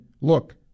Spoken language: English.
look